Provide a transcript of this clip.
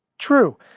true,